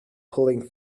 pulling